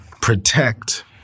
protect